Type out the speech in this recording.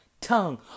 tongue